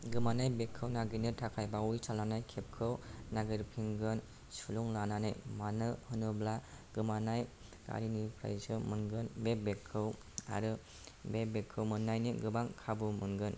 गोमानाय बेग खौ नागिरनो थाखाय बावैसो लानाय केब खौ नागिरफिनगोन सुलुं लानानै मानो होनोब्ला गोमानाय गारिनिफ्रायसो मोनगोन बे बेग खौ आरो बे बेग खौ मोननायनि गोबां खाबु मोनगोन